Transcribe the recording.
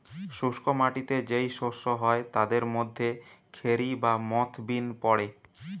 শুষ্ক মাটিতে যেই শস্য হয় তাদের মধ্যে খেরি বা মথ বিন পড়ে